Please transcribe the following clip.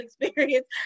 experience